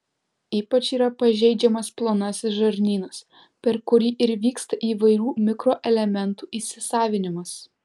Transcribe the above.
ypač yra pažeidžiamas plonasis žarnynas per kurį ir vyksta įvairių mikroelementų įsisavinimas